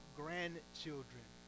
grandchildren